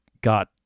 got